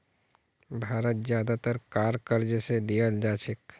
भारत ज्यादातर कार क़र्ज़ स लीयाल जा छेक